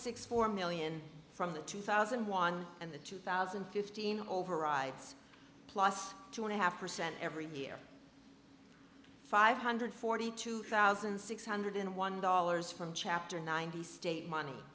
six four million from the two thousand and one and the two thousand and fifteen overrides plus two and a half percent every year five hundred forty two thousand six hundred and one dollars from chapter ninety state money